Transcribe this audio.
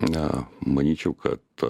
na manyčiau kad